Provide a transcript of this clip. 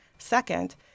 Second